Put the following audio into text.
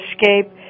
escape